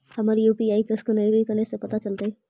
हमर यु.पी.आई के असकैनर कने से पता चलतै?